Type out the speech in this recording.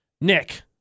Nick